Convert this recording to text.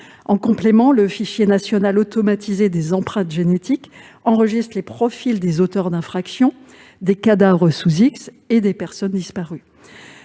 En complément, le fichier national automatisé des empreintes génétiques (Fnaeg) enregistre les profils des auteurs d'infractions, des cadavres sous X et des personnes disparues.